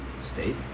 State